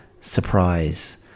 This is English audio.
Surprise